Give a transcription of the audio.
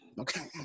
Okay